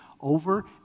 over